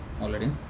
already